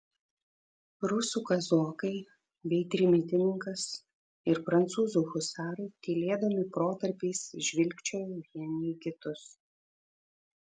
rusų kazokai bei trimitininkas ir prancūzų husarai tylėdami protarpiais žvilgčiojo vieni į kitus